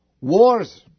Wars